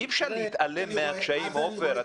אי-אפשר להתעלם מהקשיים, עופר.